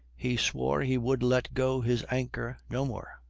he swore he would let go his anchor no more,